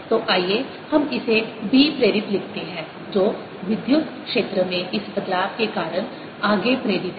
तो आइए हम इसे B प्रेरित लिखते हैं जो विद्युत क्षेत्र में इस बदलाव के कारण आगे प्रेरित है